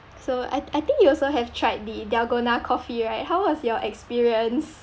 so I I think you also have tried the dalgona coffee right how was your experience